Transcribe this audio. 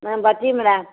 madam ಬರ್ತೀವಿ madam